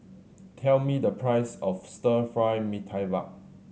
tell me the price of Stir Fry Mee Tai Mak